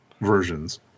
versions